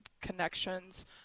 connections